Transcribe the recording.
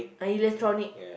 electronic